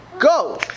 Go